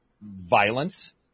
violence